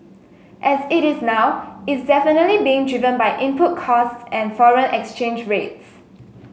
as it is now is definitely being driven by input costs and foreign exchange rates